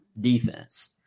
defense